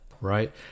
right